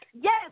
Yes